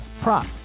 prop